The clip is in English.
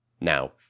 now